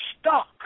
stuck